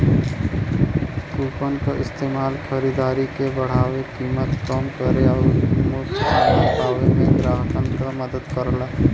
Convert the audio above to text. coupon क इस्तेमाल खरीदारी के बढ़ावे, कीमत कम करे आउर मुफ्त समान पावे में ग्राहकन क मदद करला